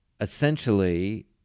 essentially